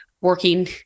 working